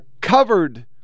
covered